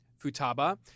Futaba